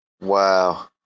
wow